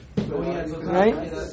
right